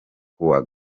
kuwa